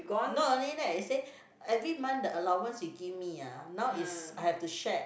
not only that he say every month the allowance you give me ah now is I have to share